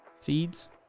feeds